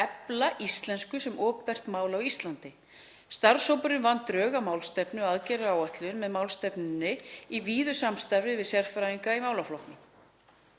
Íslandi.